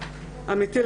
אמיתי?